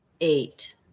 Eight